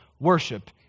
worship